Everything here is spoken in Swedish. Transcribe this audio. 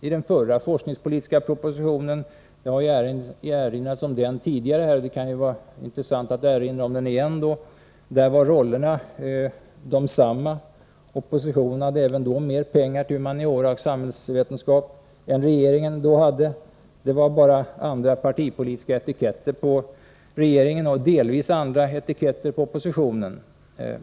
I den förra forskningspolitiska propositionen — det har erinrats om den tidigare, och det kan vara intressant att erinra om den igen — var rollerna desamma. Oppositionen hade även då mer pengar till humaniora och samhällsvetenskap än regeringen. Det var bara andra partipolitiska etiketter på regeringen och delvis andra på oppositionen.